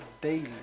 daily